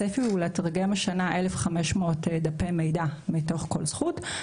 הצפי הוא לתרגם השנה 1500 דפי מידע מתוך כל זכות,